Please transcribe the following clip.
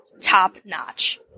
top-notch